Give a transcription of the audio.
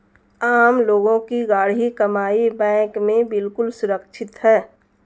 आम लोगों की गाढ़ी कमाई बैंक में बिल्कुल सुरक्षित है